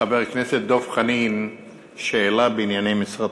לחבר הכנסת דב חנין שאלה בענייני משרדך.